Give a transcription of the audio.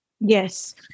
Yes